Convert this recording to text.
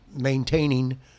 maintaining